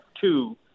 two